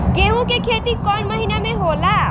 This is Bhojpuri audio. गेहूं के खेती कौन महीना में होला?